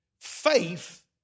faith